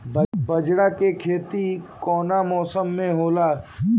बाजरा के खेती कवना मौसम मे होला?